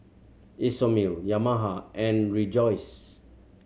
Isomil Yamaha and Rejoice